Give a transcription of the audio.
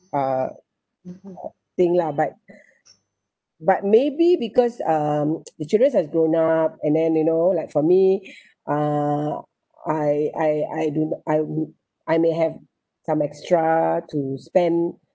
uh thing lah but but maybe because(um) the children have grown up and then you know like for me uh I I I do I would I may have some extra to spend